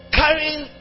carrying